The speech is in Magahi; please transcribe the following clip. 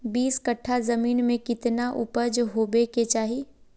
बीस कट्ठा जमीन में कितने उपज होबे के चाहिए?